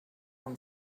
own